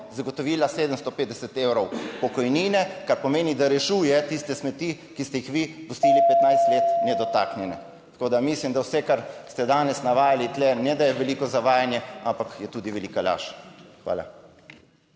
zagotovila 750 evrov pokojnine, kar pomeni, da rešuje tiste smeti, ki ste jih vi pustili 15 let nedotaknjene. Tako, da mislim, da vse kar ste danes navajali tu, ne da je veliko zavajanje, ampak je tudi velika laž. Hvala.